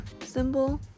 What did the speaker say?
symbol